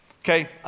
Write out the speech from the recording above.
okay